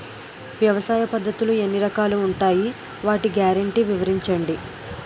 వ్యవసాయ పద్ధతులు ఎన్ని రకాలు ఉంటాయి? వాటి గ్యారంటీ వివరించండి?